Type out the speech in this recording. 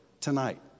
tonight